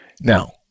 Now